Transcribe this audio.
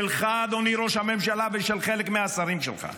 שלך, אדוני ראש הממשלה ושל חלק מהשרים שלך.